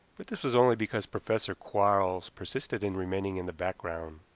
but this was only because professor quarles persisted in remaining in the background.